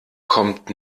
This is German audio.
kommt